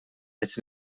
qed